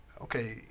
okay